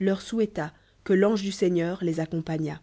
leur souhaita q lc l'ange du seigneur les accompagnàt